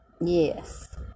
Yes